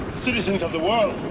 citizens of the world.